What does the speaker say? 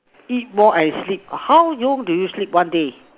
eat more and sleep how long do you sleep one day